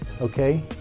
okay